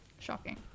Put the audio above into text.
shocking